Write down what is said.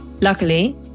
Luckily